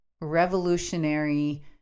revolutionary